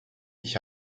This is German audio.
ich